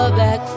back